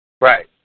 Right